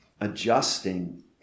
adjusting